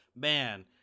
man